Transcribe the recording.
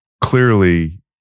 clearly